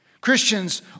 Christians